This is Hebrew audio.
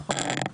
נכון?